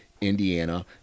indiana